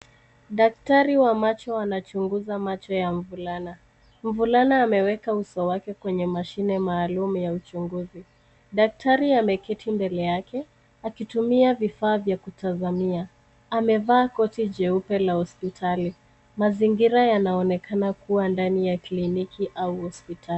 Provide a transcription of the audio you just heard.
Daktari wa macho anachunguza macho ya mvulana. Mvulana ameweka uso wake kwenye mashine maalum ya uchunguzi. Daktari ameketi mbele yake akitumia vifaa vya kutazamia. Amevaa koti jeupe la hospitali. Mazingira yanaonekana kuwa ndani ya kliniki au hospitali.